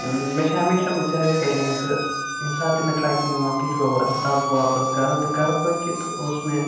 مےٚ چھےٚ ہمیشہِ آمٕژ یِہٕے فیٖلنٛگز ییٚمہِ سات تہِ مےٚ ٹرٛٮ۪کِنٛگ مۄکلیو اَمہِ پَتہٕ آس بہٕ واپَس گَرٕ تہٕ گَرٕ وٲتِتھ اوس مےٚ